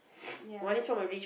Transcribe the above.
ya the